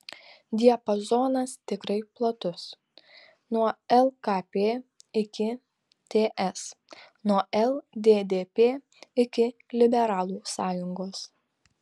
diapazonas tikrai platus nuo lkp iki ts nuo lddp iki liberalų sąjungos